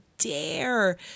dare